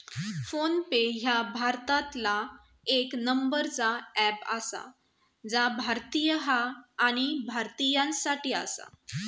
phone पे ह्या भारतातला येक नंबरचा अँप आसा जा भारतीय हा आणि भारतीयांसाठी आसा